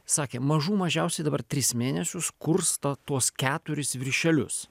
sakė mažų mažiausia dabar tris mėnesius kurs to tuos keturis viršelius